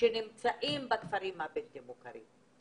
שנמצאים בכפרים הבלתי מוכרים?